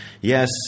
yes